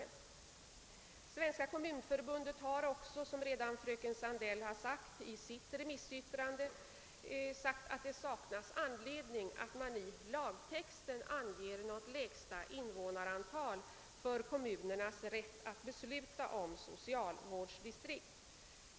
Svenska kommunförbundet har, som fröken Sandell redan har sagt, i sitt remissyttrande uttalat att det saknas anledning att i lagtexten ange något lägsta invånarantal för kommunernas rätt att besluta om socialvårdsdistrikt.